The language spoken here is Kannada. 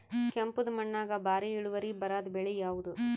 ಕೆಂಪುದ ಮಣ್ಣಾಗ ಭಾರಿ ಇಳುವರಿ ಬರಾದ ಬೆಳಿ ಯಾವುದು?